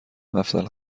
مفصل